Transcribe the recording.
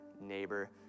neighbor